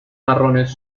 marrones